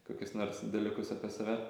kokius nors dalykus apie save